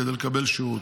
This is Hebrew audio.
כדי לקבל שירות.